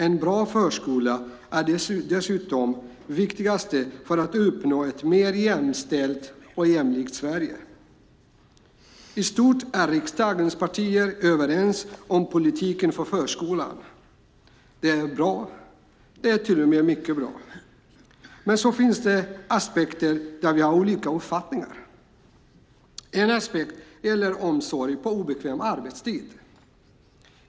En bra förskola är dessutom det viktigaste för att uppnå ett mer jämställt och jämlikt Sverige. I stort är riksdagens partier överens om politiken för förskolan. Det är bra, ja till och med mycket bra. Men det finns några aspekter där vi har olika uppfattningar. En aspekt gäller omsorg på obekväm arbetstid.